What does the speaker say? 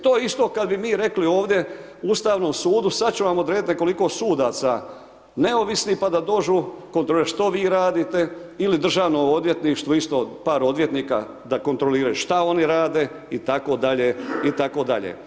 To je isto kada bi mi rekli ovdje Ustavnom sudu sada ćemo vam odrediti nekoliko sudaca neovisnih pa da dođu kontrolirati što vi radite ili Državno odvjetništvo isto par odvjetnika da kontroliraju što oni rade itd., itd.